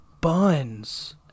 buns